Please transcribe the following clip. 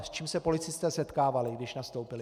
S čím se policisté setkávali, když nastoupili?